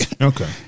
Okay